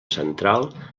central